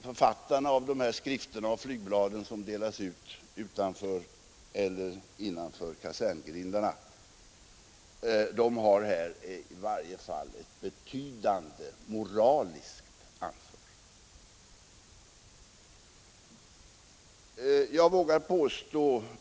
Författarna av de skrifter och flygblad som delas ut utanför eller innanför kaserngrindarna har i varje fall ett betydande moraliskt ansvar.